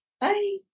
Bye